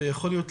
ויכול להיות,